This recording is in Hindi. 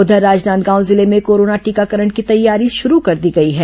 उधर राजनांदगांव जिले में कोरोना टीकाकरण की तैयारी शुरू कर दी गई है